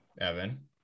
Evan